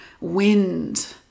wind